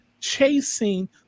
chasing